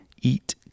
eat